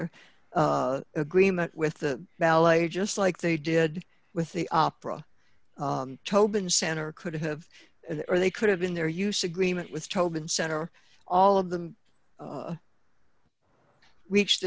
an agreement with the ballet just like they did with the opera tobin center could have or they could have been there use agreement with tobin center all of them reach